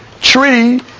tree